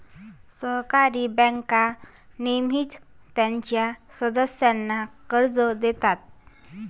सहकारी बँका नेहमीच त्यांच्या सदस्यांना कर्ज देतात